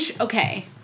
okay